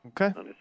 Okay